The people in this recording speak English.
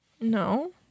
No